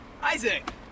Isaac